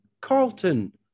Carlton